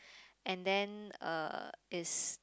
and then uh is